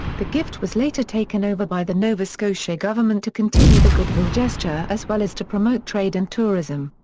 the gift was later taken over by the nova scotia government to continue the goodwill gesture as well as to promote trade and tourism.